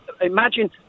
imagine